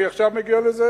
עכשיו אני מגיע לזה.